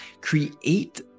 create